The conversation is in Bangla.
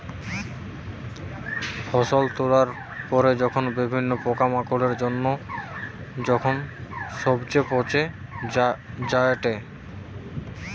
ফসল তোলার পরে যখন বিভিন্ন পোকামাকড়ের জন্য যখন সবচে পচে যায়েটে